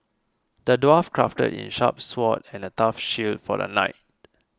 the dwarf crafted a sharp sword and a tough shield for the knight